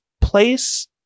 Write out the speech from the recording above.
place